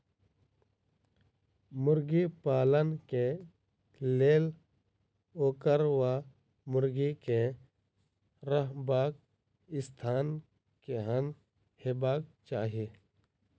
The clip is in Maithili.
मुर्गी पालन केँ लेल ओकर वा मुर्गी केँ रहबाक स्थान केहन हेबाक चाहि?